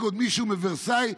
שמייצג עוד מישהו מוורסאי,